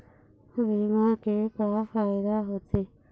बीमा के का फायदा होते?